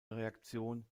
reaktion